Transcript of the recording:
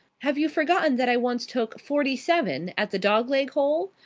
have you forgotten that i once took forty-seven at the dog-leg hole?